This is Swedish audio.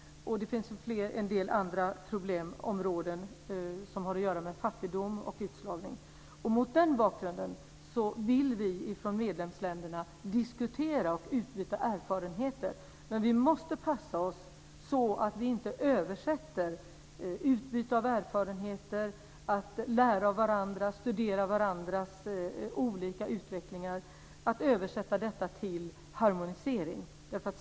Och det finns en del andra problemområden som har att göra med fattigdom och utslagning. Mot den bakgrunden vill vi från medlemsländerna diskutera och utbyta erfarenheter. Men vi måste passa oss, så att vi inte översätter utbyte av erfarenheter, att lära av varandra och att studera varandras olika utvecklingar, till harmonisering.